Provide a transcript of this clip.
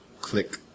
Click